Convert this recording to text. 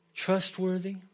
Trustworthy